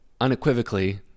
unequivocally